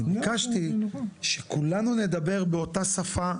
ביקשתי שכולנו נדבר באותה שפה,